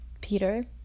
Peter